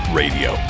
radio